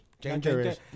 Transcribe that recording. Dangerous